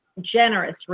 generous